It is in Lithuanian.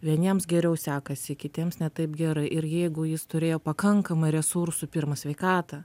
vieniems geriau sekasi kitiems ne taip gerai ir jeigu jis turėjo pakankamai resursų pirma sveikatą